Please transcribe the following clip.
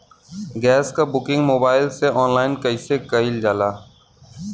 Gas क booking mobile से online कईसे कईल जाला?